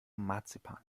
marzipan